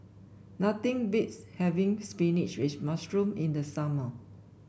nothing beats having spinach with mushroom in the summer